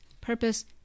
purpose